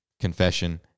confession